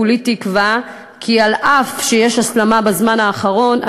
כולי תקווה כי אף שיש הסלמה בזמן האחרון,